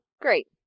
Great